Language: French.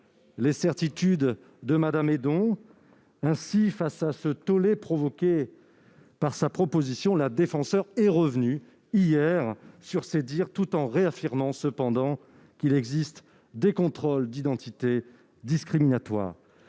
les certitudes de Mme Hédon. Ainsi, face au tollé provoqué par sa proposition, la Défenseure des droits est revenue hier sur ses dires, tout en réaffirmant cependant qu'il existe des « contrôles d'identité discriminatoires